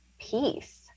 peace